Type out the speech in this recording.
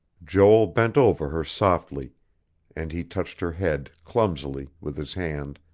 joel bent over her softly and he touched her head, clumsily, with his hand,